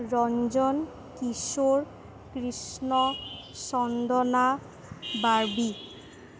Ranjan Kishore Krishna Chandana Barbie